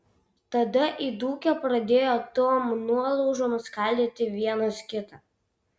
tada įdūkę pradėjo tom nuolaužom skaldyti vienas kitą